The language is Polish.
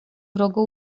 wrogo